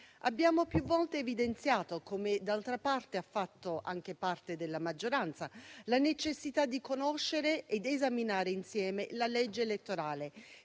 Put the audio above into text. Abbiamo più volte evidenziato, come d'altra parte ha fatto anche parte della maggioranza, la necessità di conoscere ed esaminare insieme la legge elettorale